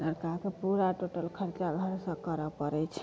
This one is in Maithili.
लड़काके पूरा टोटल खर्चा घरेसँ करऽ पड़ैत छै